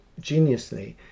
geniusly